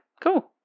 Cool